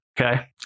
Okay